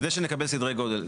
כדי שנקבל סדרי גודל.